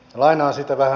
lainaan siitä vähän